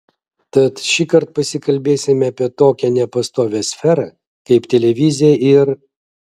tad šįkart pasikalbėsime apie tokią nepastovią sferą kaip televizija ir